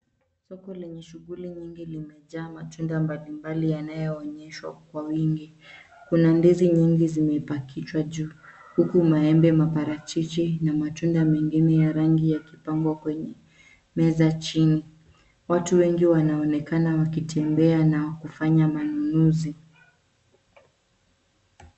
Soko lenye shuguli nyingi limejaa matunda mbalimbali yanayoonyeshwa kwa wingi. Kuna ndizi nyingi zimepachikwa juu huku maembe, maparachichi na matunda mengine ya rangi yakipangwa kwenye meza chini. Watu wengi wanaonekana wakitembea na kufanya manunuzi.